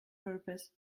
herpes